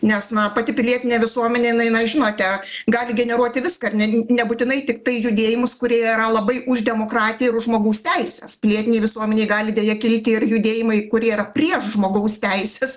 nes na pati pilietinė visuomenė inai na žinote gali generuoti viską ar ne nebūtinai tiktai judėjimus kurie yra labai už demokratiją ir už žmogaus teises pilietinėj visuomenėj gali deja kilti ir judėjimai kurie yra prieš žmogaus teises